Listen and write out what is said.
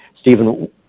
Stephen